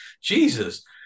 Jesus